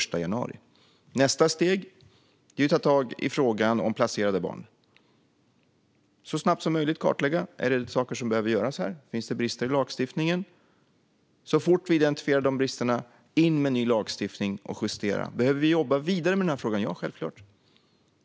Nästa steg är att ta tag i frågan om placerade barn och så snabbt som möjligt kartlägga om det finns saker som behöver göras och om det finns brister i lagstiftningen. Så fort vi identifierar de bristerna ska vi in med ny lagstiftning och justera det hela. Behöver vi jobba vidare med denna fråga? Ja, självklart.